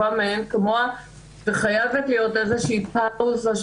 חייבת להיות איזושהי פאוזה,